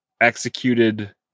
executed